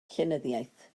llenyddiaeth